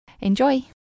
Enjoy